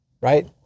right